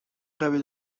قبیل